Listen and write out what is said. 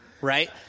Right